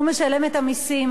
שהוא משלם את המסים.